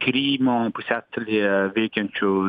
krymo pusiasalyje veikiančių